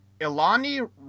Ilani